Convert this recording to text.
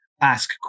ask